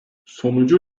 sonucu